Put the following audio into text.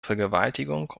vergewaltigung